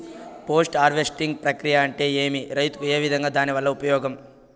Post harvesting ప్రక్రియ అంటే ఏమి? రైతుకు ఏ విధంగా దాని వల్ల ఉపయోగం?